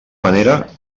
manera